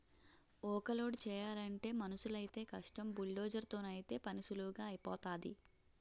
ఊక లోడు చేయలంటే మనుసులైతేయ్ కష్టం బుల్డోజర్ తోనైతే పనీసులువుగా ఐపోతాది